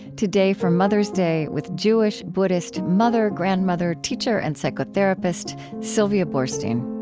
today for mother's day with jewish-buddhist mother, grandmother, teacher, and psychotherapist sylvia boorstein